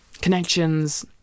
connections